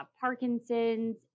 Parkinson's